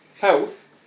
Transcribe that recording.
Health